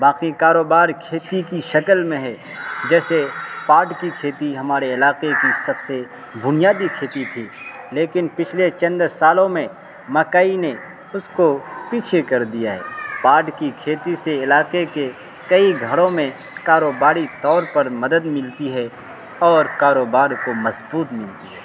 باقی کاروبار کھیتی کی شکل میں ہے جیسے پاٹ کی کھیتی ہمارے علاقے کی سب سے بنیادی کھیتی تھی لیکن پچھلے چند سالوں میں مکئی نے اس کو پیچھے کر دیا ہے پاٹ کی کھیتی سے علاقے کے کئی گھروں میں کاروباری طور پر مدد ملتی ہے اور کاروبار کو مضبوط ملتی ہے